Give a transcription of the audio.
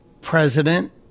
President